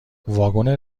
واگن